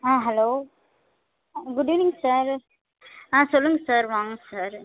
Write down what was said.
ஆ hello good evening sir ஆ சொல்லுங்க sir வாங்க சார்